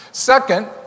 Second